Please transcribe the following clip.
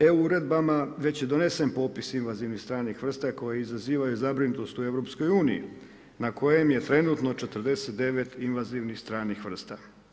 EU uredbama već je donesen popis invazivnih stranih vrsta koje izazivaju zabrinutost u Europskoj uniji na kojem je trenutno 49 invazivnih stranih vrsta.